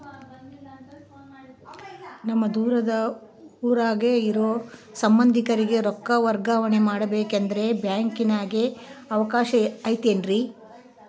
ನಮ್ಮ ದೂರದ ಊರಾಗ ಇರೋ ಸಂಬಂಧಿಕರಿಗೆ ರೊಕ್ಕ ವರ್ಗಾವಣೆ ಮಾಡಬೇಕೆಂದರೆ ಬ್ಯಾಂಕಿನಾಗೆ ಅವಕಾಶ ಐತೇನ್ರಿ?